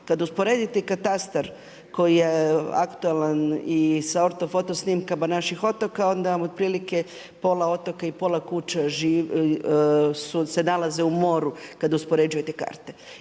Kad usporedite katastar koji je aktualan i sa orto foto snimkama naših otoka, onda vam otprilike pola otoka i pola kuća se nalaze u moru kad uspoređujete karte.